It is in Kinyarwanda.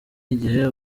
igihe